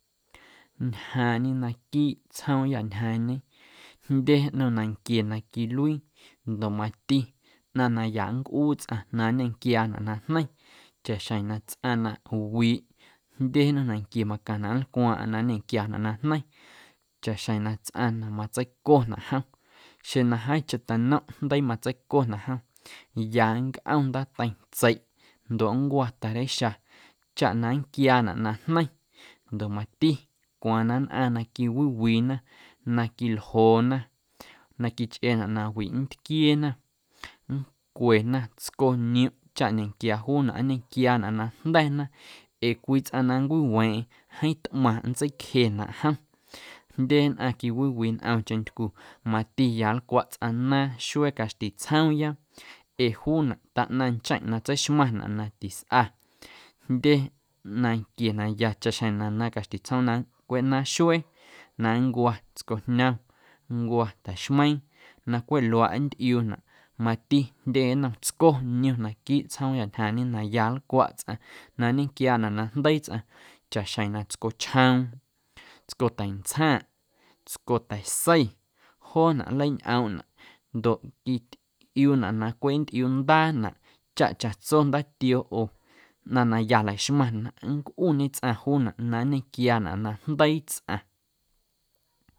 Ñjaaⁿñe naquiiꞌ tsjoomyâ ñjaaⁿñe jndye nnom nanquie na quiluii ndoꞌ mati ꞌnaⁿ na ya nncꞌuu tsꞌaⁿ na nñenquiaanaꞌ na jneiⁿ chaꞌxjeⁿ na tsꞌaⁿ na wii jndye nnom nanquie macaⁿnaꞌ nlcwaaⁿꞌaⁿ na nñequianaꞌ najneiⁿ chaꞌxjeⁿ na tsꞌaⁿ na matseiconaꞌ jom xeⁿ na jeeⁿcheⁿ teinomꞌ na jndeii matseiconaꞌ jom ya nncꞌom ndaateiⁿ tseiꞌ ndoꞌ nncwa ta̱reixa chaꞌ na nnquiaanaꞌ najneiⁿ ndoꞌ mati cwaaⁿ na nnꞌaⁿ na quiwiwiina na quiljoona na quichꞌeenaꞌ na wiꞌ ntquieena nncwena tsconiomꞌ chaꞌ ñenquia juunaꞌ nñenquiaanaꞌ na jnda̱na ee cwii tsꞌaⁿ na nncwiweeⁿꞌeⁿ jeeⁿ tꞌmaⁿ nntseicjenaꞌ jom jndye nnꞌaⁿ quiwiwii ntꞌomcheⁿ ntycu mati ya nlcwaꞌ tsꞌaⁿ naaⁿ xuee caxti tsjoomya ee juunaꞌ taꞌnaⁿ ncheⁿꞌ na tseixmaⁿnaꞌ na tisꞌa jndye nanquie na ya chaꞌxjeⁿ na naaⁿ caxti tsjoom na cweꞌ naaⁿ xuee na nncwa tscojñom, nncwa ta̱xmeiiⁿ na cweꞌ luaaꞌ nntꞌiuunaꞌ mati jndye nnom tsco niom naquiiꞌ tsjoomyâ ñjaaⁿñe na ya nlcwaꞌ tsꞌaⁿ na nñequiaanaꞌ najndeii tsꞌaⁿ chaꞌxjeⁿ na tscochjoom, tscota̱ntsjaⁿꞌ, tscota̱sei joonaꞌ nleiñꞌoomꞌnaꞌ ndoꞌ quitꞌiuunaꞌ na cweꞌ nntꞌiuundaanaꞌ chaꞌ chaꞌtso ndaatioo oo ꞌnaⁿ na ya laxmaⁿnaꞌ nncꞌuñe tsꞌaⁿ juunaꞌ na nñequiaanaꞌ na jndeii tsꞌaⁿ.